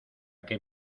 que